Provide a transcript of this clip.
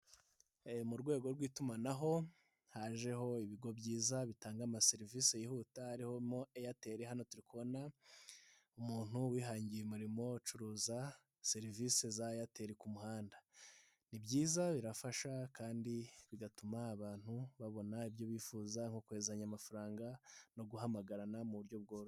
Mu rwego rw'itumanaho hajeho ibigo byiza bitanga amaserivisi yihuta harimo Airtel, hano turi umuntu wihangiye umurimo urimo acuruza serivisi za Airtel ku muhanda; ni byiza birafasha kandi bigatuma abantu babona ibyo bifuza nko koherezanya amafaranga no guhamagarana mu buryo bworoshye.